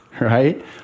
right